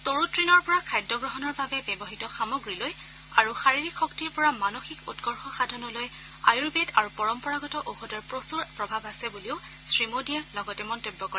তৰু তৃণৰ পৰা খাদ্য গ্ৰহণৰ বাবে ব্যৱহ্ত সামগ্ৰীলৈ আৰু শাৰীৰিক শক্তিৰ পৰা মানসিক উৎকৰ্ষ সাধনলৈ আয়ুৰ্বেদ আৰু পৰম্পৰাগত ঔষধৰ প্ৰচুৰ প্ৰভাৱ আছে বুলিও শ্ৰীমোদীয়ে লগতে মন্তব্য কৰে